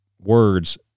words